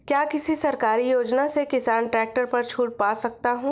क्या किसी सरकारी योजना से किसान ट्रैक्टर पर छूट पा सकता है?